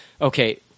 Okay